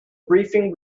briefing